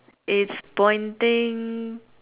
it's pointing